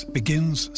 begins